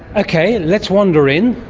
okay, let's wander in.